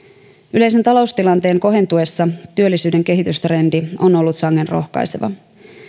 yleisen taloustilanteen kohentuessa työllisyyden kehitystrendi on ollut sangen rohkaiseva